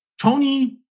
tony